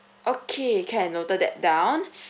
okay can noted that down